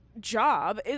Job